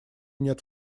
нет